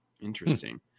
Interesting